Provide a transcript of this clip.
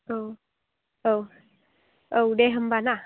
औ औ औ दे होनबा ना